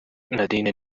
nadine